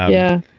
yeah.